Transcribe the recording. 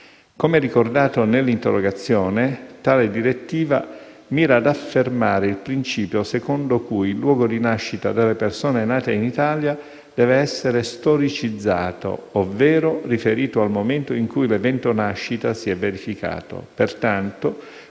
Come ricordato nell'interrogazione, tale direttiva «mira ad affermare il principio secondo cui il luogo di nascita delle persone nate in Italia deve essere storicizzato, ovvero riferito al momento in cui l'evento "nascita" si è verificato, Pertanto,